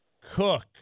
Cook